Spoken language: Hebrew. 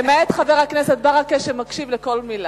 למעט חבר הכנסת ברכה שמקשיב לכל מלה.